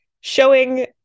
showing